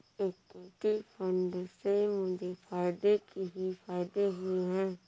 equity fund से मुझे फ़ायदे ही फ़ायदे हुए हैं